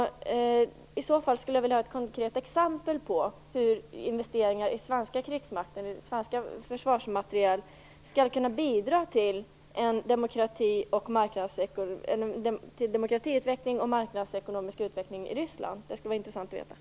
Om det är så skulle jag vilja ha ett konkret exempel på hur investeringar i svensk krigsmakt och svensk försvarsmateriel skall kunna bidra till en demokratiutveckling och en marknadsekonomisk utveckling i Ryssland. Det skulle vara intressant att få höra det.